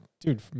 dude